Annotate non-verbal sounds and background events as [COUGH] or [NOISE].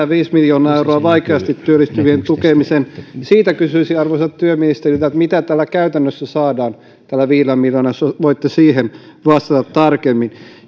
[UNINTELLIGIBLE] viisi miljoonaa euroa vaikeasti työllistyvien tukemiseen siitä kysyisin arvoisalta työministeriltä mitä tällä viidellä miljoonalla käytännössä saadaan jos voitte siihen vastata tarkemmin [UNINTELLIGIBLE]